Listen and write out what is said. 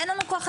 אין לנו כח-אדם,